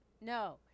No